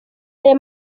aya